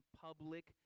public